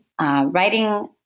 Writing